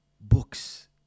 books